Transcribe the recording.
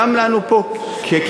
גם לנו פה ככנסת,